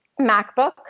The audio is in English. MacBook